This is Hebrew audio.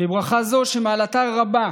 בברכה זו, מעלתה רבה.